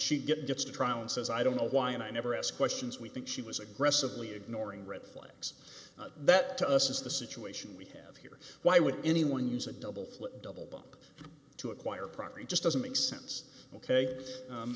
she gets to trial and says i don't know why and i never ask questions we think she was aggressively ignoring red flags that to us is the situation we have here why would anyone use a double double bump to acquire property just doesn't make sense ok